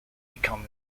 become